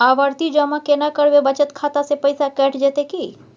आवर्ति जमा केना करबे बचत खाता से पैसा कैट जेतै की?